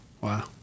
Wow